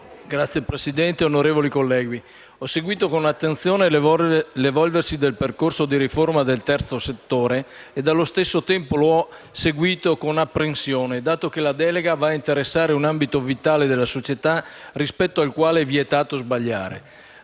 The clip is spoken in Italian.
Signor Presidente, onorevoli colleghi, ho seguito con attenzione l'evolversi del percorso di riforma del terzo settore e, allo stesso tempo, l'ho seguito con apprensione, dato che la delega va ad interessare un ambito vitale della società, rispetto al quale è vietato sbagliare.